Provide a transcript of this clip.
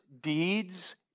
deeds